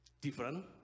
different